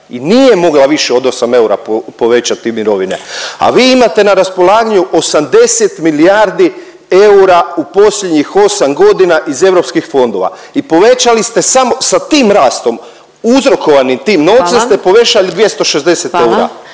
i nije mogao više od 8 eura povećati mirovine, a vi imate na raspolaganju 800 milijardi eura u posljednjih 8.g. iz europskih fondova i povećali ste samo, sa tim rastom uzrokovani tim novcem… …/Upadica